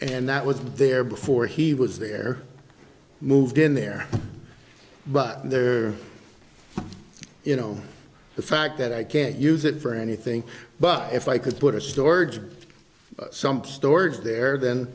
and that was there before he was there moved in there but there you know the fact that i can't use it for anything but if i could put it stored some storage there then